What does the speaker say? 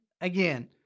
again